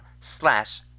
slash